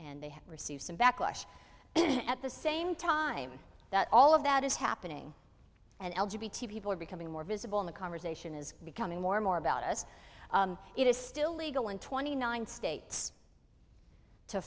and they have received some backlash at the same time that all of that is happening and l g b t people are becoming more visible in the conversation is becoming more and more about us it is still legal in twenty nine states to